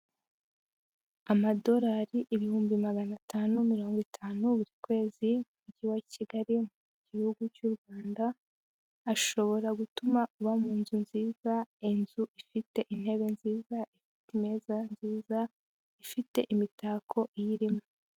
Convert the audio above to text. Amadolari ibihumbi magana atanu mirongo itanu buri kwezi, mu mujyi wa Kigali mu gihugu cy'u Rwanda, ashobora gutuma uba mu nzu nziza, inzu ifite intebe nziza, ifite imeza nziza, ifite imitako iyirimo.